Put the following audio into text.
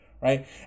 Right